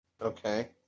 Okay